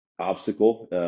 obstacle